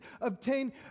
obtain